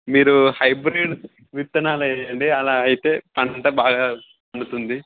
మీరు హైబ్రిడ్ విత్తనాలు వేయండి అలా అయితే పంట బాగా పండుతుంది